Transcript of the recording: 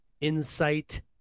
insight